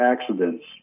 accidents